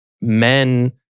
men